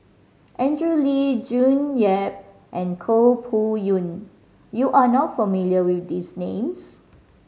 Andrew Lee June Yap and Koh Poh Koon you are not familiar with these names